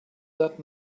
that